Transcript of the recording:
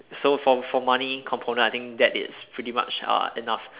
so from from money component I think that it's pretty much enough